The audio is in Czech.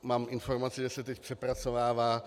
Mám informaci, že se teď přepracovává.